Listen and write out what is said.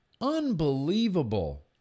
Unbelievable